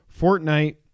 Fortnite